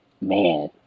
man